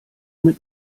mit